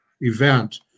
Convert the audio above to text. event